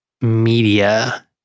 media